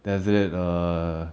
then after that err